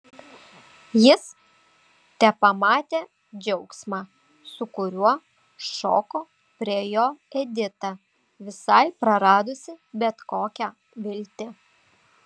jis tepamatė džiaugsmą su kuriuo šoko prie jo edita visai praradusi bet kokią viltį